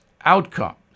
outcomes